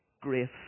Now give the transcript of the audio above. grace